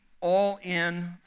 all-in